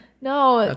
No